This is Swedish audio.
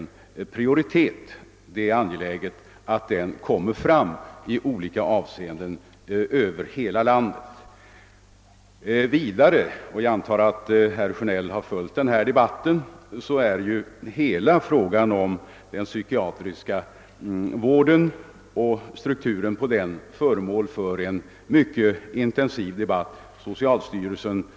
Det är angeläget att denna prioritering i olika avseenden får slå igenom över hela landet. Vidare är hela frågan om den psykiatriska vårdens struktur föremål för en mycket intensiv debatt, som jag antar att herr Sjönell har följt.